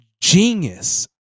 genius